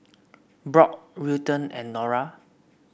Brock Wilton and Nora